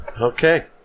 Okay